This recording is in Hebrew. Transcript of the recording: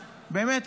באמת,